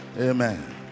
Amen